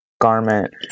garment